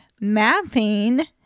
mapping